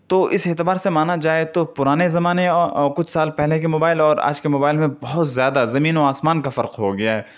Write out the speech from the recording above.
تو اس اعتبار سے مانا جائے تو پرانے زمانے اور کچھ سال پہلے کے موبائل اور آج کے موبائل میں بہت زیادہ زمین و آسمان کا فرق ہوگیا ہے